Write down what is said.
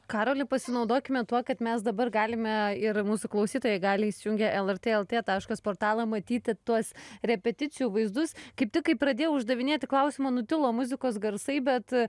karoli pasinaudokime tuo kad mes dabar galime ir mūsų klausytojai gali įsijungę lrt lt taškas portalą matyti tuos repeticijų vaizdus kaip tik kai pradėjau uždavinėti klausimą nutilo muzikos garsai bet